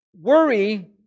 Worry